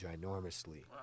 ginormously